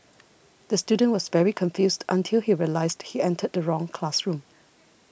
the student was very confused until he realised he entered the wrong classroom